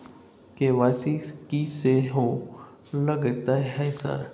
KYC की सेहो लगतै है सर?